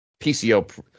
PCO